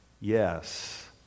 Yes